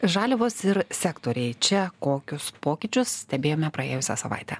žaliavos ir sektoriai čia kokius pokyčius stebėjome praėjusią savaitę